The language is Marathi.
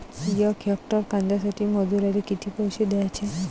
यक हेक्टर कांद्यासाठी मजूराले किती पैसे द्याचे?